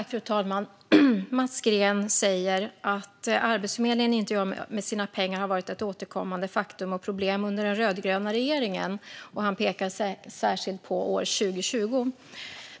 Fru talman! Mats Green säger att det har varit ett återkommande faktum och problem under den rödgröna regeringen att Arbetsförmedlingen inte gör av med sina pengar. Han pekar särskilt på år 2020.